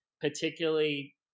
particularly